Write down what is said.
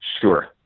Sure